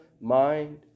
mind